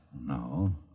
No